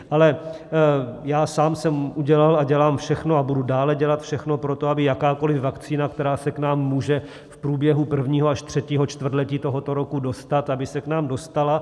Ale já sám jsem udělal a dělám všechno a budu dále dělat všechno pro to, aby jakákoli vakcína, která se k nám může v průběhu prvního až třetího čtvrtletí tohoto roku dostat, aby se k nám dostala.